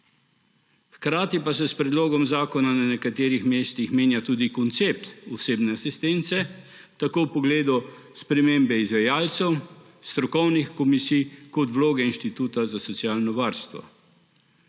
Hkrati pa se s predlogom zakona na nekaterih mestih menja tudi koncept osebne asistence, tako ob pogledu spremembe izvajalcev, strokovnih komisij kot vloge Inštituta za socialno varstvo.